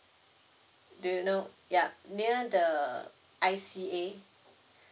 do you know ya near the I_C_A